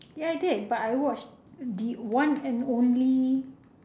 ya I did but I watched the one and only